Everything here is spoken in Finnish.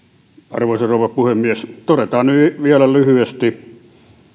arvoisa rouva puhemies todetaan nyt vielä lyhyesti